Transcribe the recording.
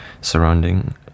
surrounding